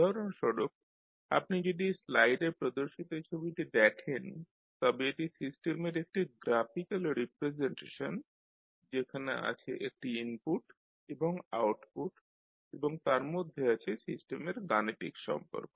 উদাহরণস্বরূপ আপনি যদি স্লাইডে প্রদর্শিত ছবিটি দেখেন তবে এটি সিস্টেমের একটি গ্রাফিকাল রিপ্রেজেন্টেশন যেখানে আছে একটি ইনপুট এবং আউটপুট এবং তার মধ্যে আছে সিস্টেমের গাণিতিক সম্পর্ক